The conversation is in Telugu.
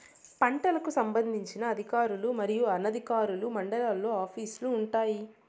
పంటలకు సంబంధించిన అధికారులు మరియు అనధికారులు మండలాల్లో ఆఫీస్ లు వుంటాయి?